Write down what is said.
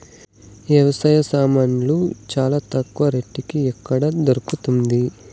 వ్యవసాయ సామాన్లు చానా తక్కువ రేటుకి ఎక్కడ దొరుకుతుంది?